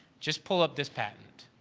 just pull up this patent.